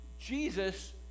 Jesus